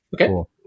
Okay